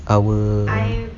our